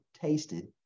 tasted